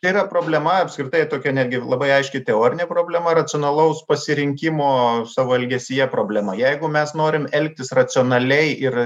tai yra problema apskritai tokia netgi labai aiški teorinė problema racionalaus pasirinkimo savo elgesyje problema jeigu mes norim elgtis racionaliai ir